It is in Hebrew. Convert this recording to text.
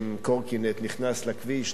שעם קורקינט נכנס לכביש,